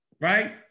right